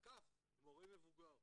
תקף מורה מבוגר?